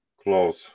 close